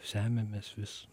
semiamės vis